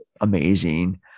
amazing